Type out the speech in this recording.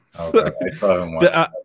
Okay